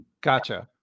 Gotcha